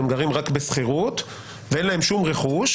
הם גרים רק בשכירות ואין להם שום רכוש,